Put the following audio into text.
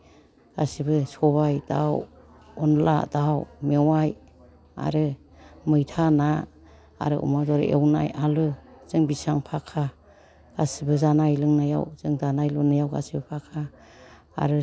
गासिबो सबाय दाउ अनला दाउ मेवाइ आरो मैथा ना आरो अमा बेदर एवनाय आलु जों बेसेबां फाखा गासिबो जानाय लोंनायाव जों दानाय लुनायाव जों गासिबो फाखा आरो